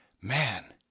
man